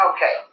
Okay